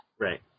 Right